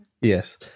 Yes